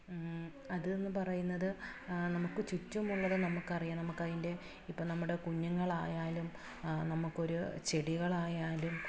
അതെന്ന് പറയുന്നത് നമുക്ക് ചുറ്റുമുള്ളത് നമുക്കറിയാം നമുക്കതിൻ്റെ ഇപ്പോൾ നമ്മുടെ കുഞ്ഞുങ്ങളായാലും നമുക്കൊരു ചെടികളായാലും